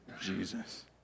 Jesus